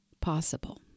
possible